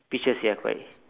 pictures ya correct